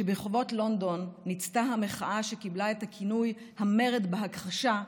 כשברחובות לונדון ניצתה המחאה שקיבלה את הכינוי "המרד בהכחשה",